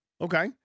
Okay